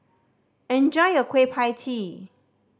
enjoy your Kueh Pie Tee